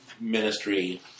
ministry